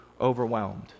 overwhelmed